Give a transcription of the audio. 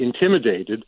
intimidated